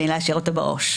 בלי להשאיר אותו בעו"ש.